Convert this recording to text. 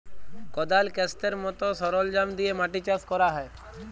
কদাল, ক্যাস্তের মত সরলজাম দিয়ে মাটি চাষ ক্যরা হ্যয়